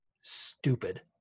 stupid